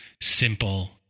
simple